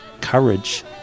courage